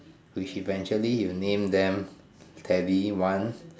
which eventually he'll name them Teddy one